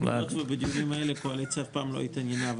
בדיונים האלה הקואליציה אף פעם לא התעניינה.